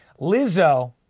Lizzo